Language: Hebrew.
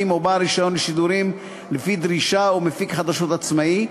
או בעל רישיון לשידורים לפי דרישה או מפיק חדשות עצמאי,